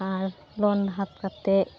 ᱟᱨ ᱞᱳᱱ ᱦᱟᱛ ᱠᱟᱛᱮᱫ